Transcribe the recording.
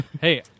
hey